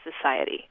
society